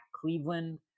Cleveland